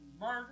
murder